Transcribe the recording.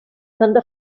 tanta